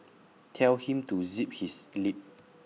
tell him to zip his lip